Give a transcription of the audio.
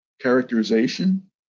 characterization